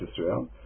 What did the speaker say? Israel